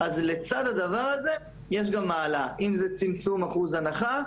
אז לצד הדבר הזה יש גם העלאה: אם זה צמצום אחוז הנחה,